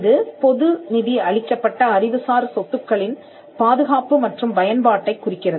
இது பொது நிதி அளிக்கப்பட்ட அறிவுசார் சொத்துக்களின் பாதுகாப்பு மற்றும் பயன்பாட்டைக் குறிக்கிறது